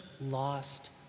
lost